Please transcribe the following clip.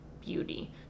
beauty